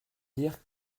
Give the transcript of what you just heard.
dire